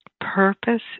Purpose